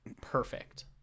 perfect